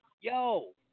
yo